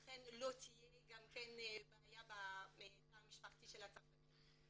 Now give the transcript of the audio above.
לכן לא תהיה בעיה בתא המשפחתי שלהם.